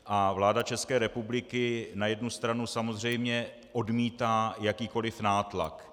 A vláda České republiky na jednu stranu samozřejmě odmítá jakýkoli nátlak.